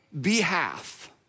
behalf